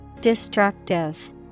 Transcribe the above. Destructive